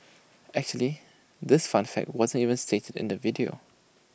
actually this fun fact wasn't even stated in the video